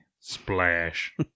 Splash